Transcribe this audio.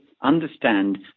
understand